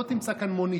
לא תמצא כאן מונית,